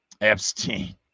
Epstein